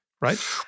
right